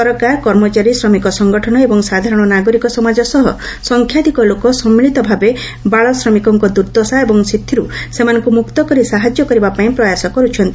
ସରକାର କର୍ମଚାରୀ ଶ୍ରମିକ ସଂଗଠନ ଏବଂ ସାଧାରଣ ନାଗରିକ ସମାଜ ସହ ସଂଖ୍ୟାଧିକ ଲୋକ ସମ୍ମିଳିତ ଭାବେ ବାଳ ଶ୍ରମିକଙ୍କ ଦୂର୍ଦ୍ଦଶା ଏବଂ ସେଥିରୁ ସେମାନଙ୍କୁ ମୁକ୍ତ କରି ସାହାର୍ଯ୍ୟ କରିବା ପାଇଁ ପ୍ରୟାସ କରୁଛନ୍ତି